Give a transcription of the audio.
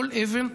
כל אבן,